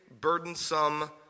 burdensome